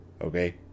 Okay